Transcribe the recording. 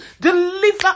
Deliver